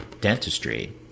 dentistry